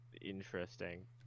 interesting